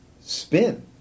spin